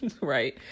right